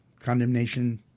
condemnation